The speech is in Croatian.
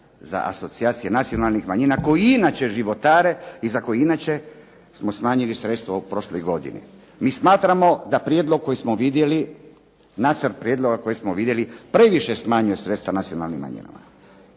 za asocijacije nacionalnih manjina koji inače životare i za koje inače smo smanjili sredstva u prošloj godini. MI smatramo da prijedlog koji smo vidjeli, nacrt prijedloga koji smo vidjeli previše smanjuje sredstva nacionalnim manjinama.